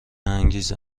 انگیزه